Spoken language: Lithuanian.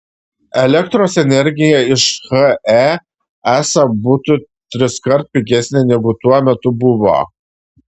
elektros energija iš he esą būtų triskart pigesnė negu tuo metu buvo